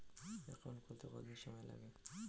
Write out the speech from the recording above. Account খুলতে কতদিন সময় লাগে?